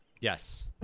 Yes